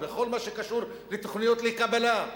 בכל מה שקשור לתוכניות לקבלה,